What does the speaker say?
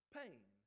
pain